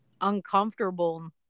uncomfortable